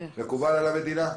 מקובל על המדינה?